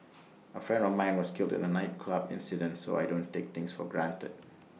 A friend of mine was killed in A nightclub incident so I don't take things for granted